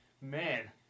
man